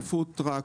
עם פוד-טראק,